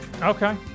okay